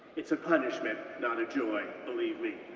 it's a punishment, not a joy, believe me.